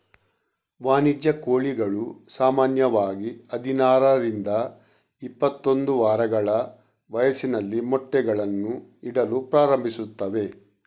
ವಾಣಿಜ್ಯ ಕೋಳಿಗಳು ಸಾಮಾನ್ಯವಾಗಿ ಹದಿನಾರರಿಂದ ಇಪ್ಪತ್ತೊಂದು ವಾರಗಳ ವಯಸ್ಸಿನಲ್ಲಿ ಮೊಟ್ಟೆಗಳನ್ನು ಇಡಲು ಪ್ರಾರಂಭಿಸುತ್ತವೆ